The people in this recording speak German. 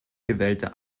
gewählte